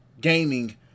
gaming